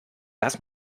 das